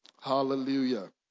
Hallelujah